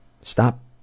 Stop